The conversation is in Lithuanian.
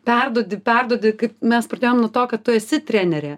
perduodi perduodi kaip mes pradėjom nuo to kad tu esi trenerė